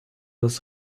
das